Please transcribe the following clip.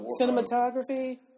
Cinematography